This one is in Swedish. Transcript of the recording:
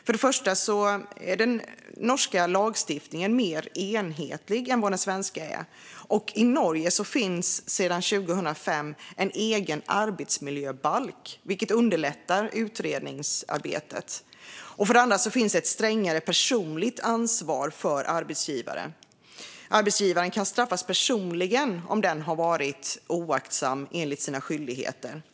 För det första är den norska lagstiftningen mer enhetlig än den svenska. I Norge finns sedan 2005 en egen arbetsmiljöbalk, vilket underlättar utredningsarbetet. För det andra finns ett strängare personligt ansvar för arbetsgivaren. Arbetsgivaren kan straffas personligen om denne har varit oaktsam enligt sina skyldigheter.